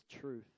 truth